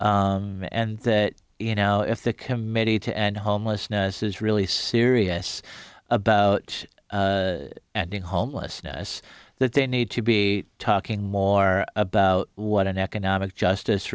and that you know if the committee to end homelessness is really serious about ending homelessness that they need to be talking more about what an economic justice